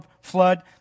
flood